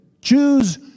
Jews